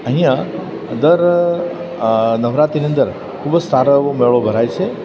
અહીં દર નવરાત્રીની અંદર ખૂબ જ સારો એવો મેળો ભરાય છે